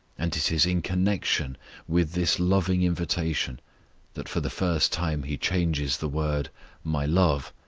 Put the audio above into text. and it is in connection with this loving invitation that for the first time he changes the word my love,